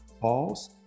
false